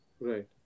Right